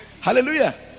hallelujah